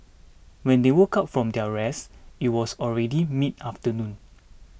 when they woke up from their rest it was already midafternoon